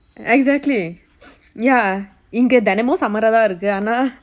exactly ya இங்கே தெனமும்:inge thenamum summer ah தான் இருக்கு ஆனா:thaan irukku aanaa